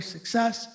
Success